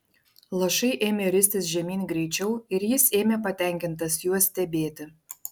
lašai ėmė ristis žemyn greičiau ir jis ėmė patenkintas juos stebėti